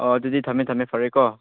ꯑꯣ ꯑꯗꯨꯗꯤ ꯊꯝꯃꯦ ꯊꯝꯃꯦ ꯐꯔꯦꯀꯣ